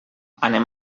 anem